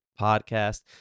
Podcast